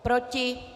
Proti?